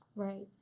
right.